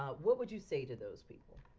ah what would you say to those people?